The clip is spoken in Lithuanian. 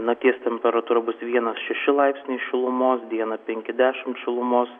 nakties temperatūra bus vienas šeši laipsniai šilumos dieną penki dešim šilumos